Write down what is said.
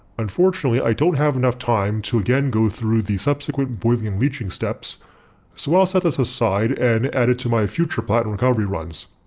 unfortunately i don't have enough time to again go through the subsequent boiling and leaching steps so i'll set this aside and add it to my future platinum recovery runs.